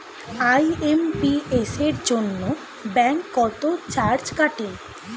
IMPS এর জন্য bank কত চার্জ কাটে?